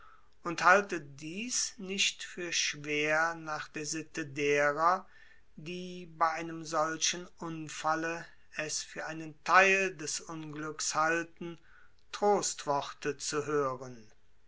und halte dies nicht für schwer nach der sitte derer die bei einem solchen unfalle es für einen theil des unglücks halten trostworte zu hören